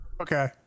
Okay